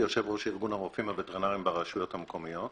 אני יושב ראש ארגון הרופאים הווטרינרים ברשויות המקומיות.